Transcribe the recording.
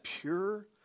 pure